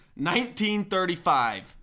1935